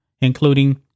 including